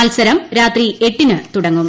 മത്സരം രാത്രി എട്ടിന് തുടങ്ങും